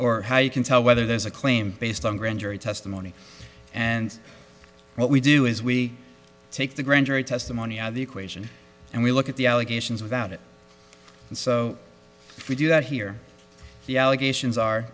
or how you can tell whether there's a claim based on grand jury testimony and what we do is we take the grand jury testimony of the equation and we look at the allegations without it and so we do not hear the allegations are